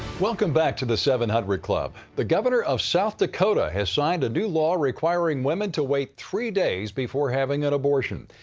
welcome back to the seven hundred club. the governor of south dakota has signed a new law requiring women to wait three days before having an abortion.